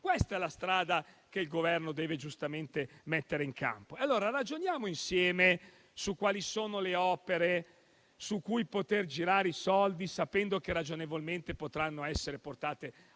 questa è la strada che il Governo deve giustamente mettere in campo. Ragioniamo insieme allora su quali sono le opere su cui poter girare i soldi, sapendo che ragionevolmente potranno essere portate